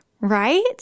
right